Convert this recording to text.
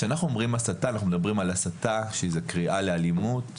כשאנחנו אומרים הסתה אנחנו מדברים על הסתה שזה קריאה לאלימות,